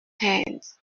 hands